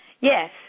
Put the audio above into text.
Yes